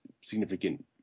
significant